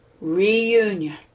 reunion